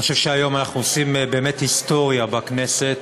אני חושב שהיום אנחנו עושים באמת היסטוריה בכנסת,